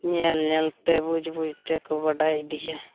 ᱧᱮᱞ ᱧᱮᱞᱛᱮ ᱵᱩᱡᱽ ᱵᱩᱡᱽᱛᱮ ᱠᱚ ᱵᱟᱰᱟᱭ ᱤᱫᱤᱭᱟ